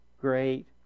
great